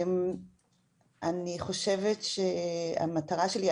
אני חושבת שהמטרה שלי,